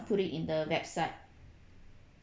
put it in the website